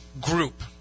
group